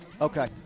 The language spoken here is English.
Okay